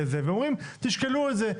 ואומרים תשקלו את זה.